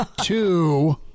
two